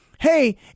Hey